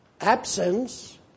absence